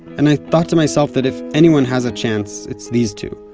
and i thought to myself that if anyone has a chance, it's these two.